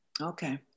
Okay